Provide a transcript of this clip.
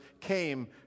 came